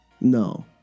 No